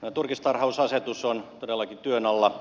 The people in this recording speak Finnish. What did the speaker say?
turkistarhausasetus on todellakin työn alla